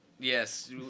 Yes